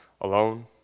alone